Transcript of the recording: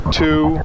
two